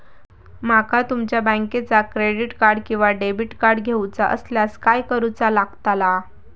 माका तुमच्या बँकेचा क्रेडिट कार्ड किंवा डेबिट कार्ड घेऊचा असल्यास काय करूचा लागताला?